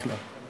בכלל,